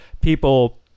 people